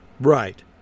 Right